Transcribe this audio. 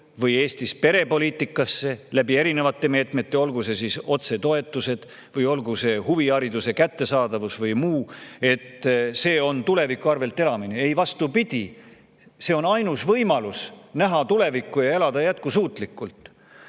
või Eestis perepoliitikasse erinevate meetmete kaudu, olgu need siis otsetoetused või olgu see huvihariduse kättesaadavus või muu, siis see on tuleviku arvelt elamine. Ei, vastupidi, see on ainus võimalus näha tulevikku ja elada jätkusuutlikult.